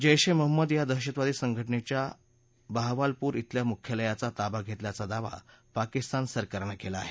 जैश ए महम्मद या दहशतवादी संघटनेच्या बाहवालपूर इथल्या मुख्यालयाचा ताबा घेतल्याचा दावा पाकिस्तान सरकारनं केला आहे